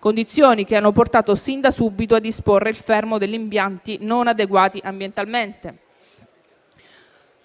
condizioni che hanno portato sin da subito a disporre il fermo degli impianti non adeguati ambientalmente.